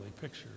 picture